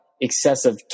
excessive